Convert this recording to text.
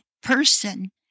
person